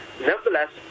Nevertheless